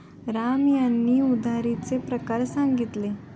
राम यांनी उधारीचे प्रकार सांगितले